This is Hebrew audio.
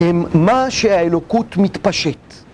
עם מה שהאלוקות מתפשט.